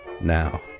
Now